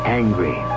angry